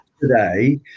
today